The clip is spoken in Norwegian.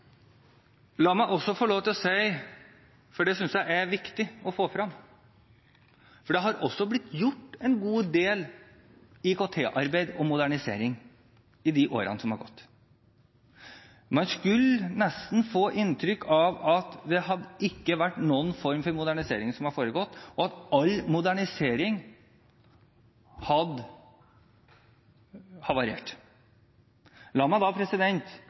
få lov til å si, for det synes jeg er viktig å få frem, at det har blitt gjort en god del IKT-arbeid og modernisering i årene som har gått. Man kan nesten få inntrykk av at det ikke har foregått noen form for modernisering, og at all modernisering har havarert. La meg da